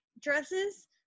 dresses